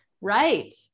right